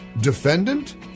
defendant